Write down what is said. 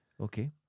Okay